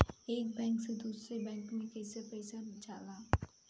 एक बैंक से दूसरे बैंक में कैसे पैसा जाला?